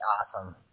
awesome